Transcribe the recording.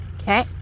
Okay